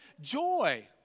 joy